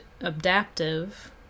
adaptive